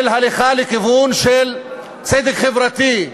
של הליכה לכיוון של צדק חברתי,